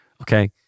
okay